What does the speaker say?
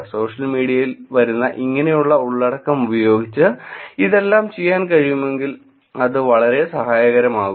social മീഡിയയിൽ വരുന്ന ഇങ്ങനെയുള്ള ഉള്ളടക്കം ഉപയോഗിച്ച് ഇതെല്ലാം ചെയ്യാൻ കഴിയുമെങ്കിൽ അത് വളരെ സഹായകരമാകും